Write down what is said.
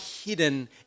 hidden